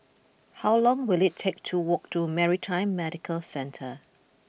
how long will it take to walk to Maritime Medical Centre